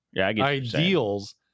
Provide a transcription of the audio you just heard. ideals